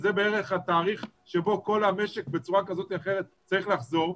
שזה בערך התאריך שבו כל המשק בצורה כזו או אחרת צריך לחזור,